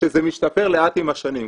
שזה משתפר לאט עם השנים,